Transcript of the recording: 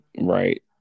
Right